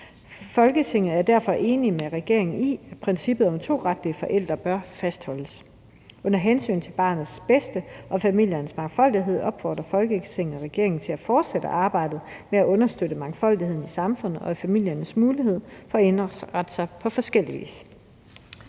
Folketinget er derfor enig med regeringen i, at princippet om to retlige forældre bør fastholdes. Under hensyn til barnets bedste og familiernes mangfoldighed opfordrer Folketinget regeringen til fortsat at arbejde på at understøtte mangfoldigheden i samfundet og familiernes mulighed for at indrette sig på forskellig vis.«